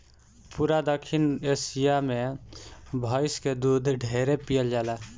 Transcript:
पूरा दखिन एशिया मे भइस के दूध ढेरे पियल जाला